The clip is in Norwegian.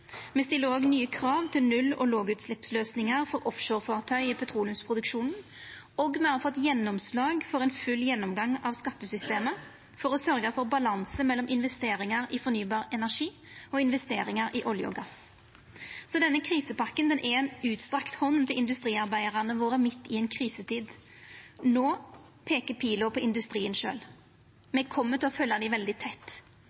Me stiller òg nye krav til null- og lågutsleppsløysingar for offshorefartøy i petroleumsproduksjonen, og me har fått gjennomslag for ein full gjennomgang av skattesystemet for å sørgja for balanse mellom investeringar i fornybar energi og investeringar i olje og gass. Denne krisepakka er ei utstrekt hand til industriarbeidarane våre midt i ei krisetid. No peikar pila på industrien sjølv. Me kjem til å følgja dei veldig tett.